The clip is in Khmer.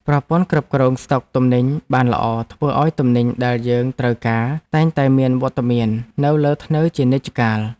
ប្រព័ន្ធគ្រប់គ្រងស្តុកទំនិញបានល្អធ្វើឱ្យទំនិញដែលយើងត្រូវការតែងតែមានវត្តមាននៅលើធ្នើរជានិច្ចកាល។